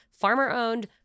Farmer-owned